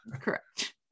correct